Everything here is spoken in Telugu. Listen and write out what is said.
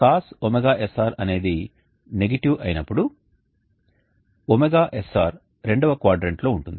కాబట్టి cos ωsr అనేది నెగటివ్ అయినప్పుడు ωsr రెండవ క్వాడ్రంట్లో ఉంటుంది